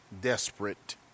desperate